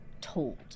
told